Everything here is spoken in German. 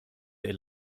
der